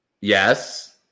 Yes